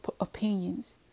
opinions